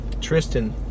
Tristan